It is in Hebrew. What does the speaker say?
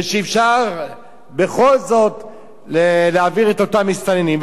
ויתאפשר בכל זאת להעביר את אותם מסתננים.